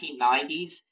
1990s